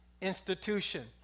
institution